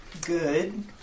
Good